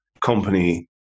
company